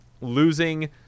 losing